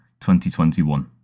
2021